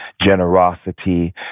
generosity